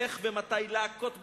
איך ומתי להכות בטרור,